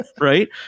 right